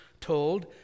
told